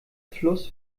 fluss